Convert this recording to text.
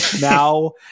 now